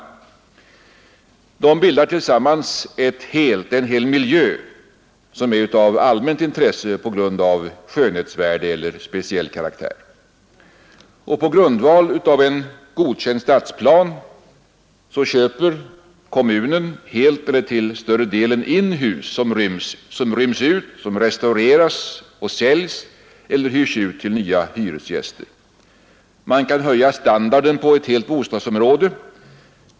De bildar tillsammans en hel miljö som är av allmänt intresse på grund av skönhetsvärden eller speciell karaktär. På grundval av en godkänd stadsplan köper kommunen helt eller till större delen in hus som ryms ut, restaureras och säljs eller hyrs ut till nya hyresgäster. Man kan höja standarden på ett helt bostadsområde.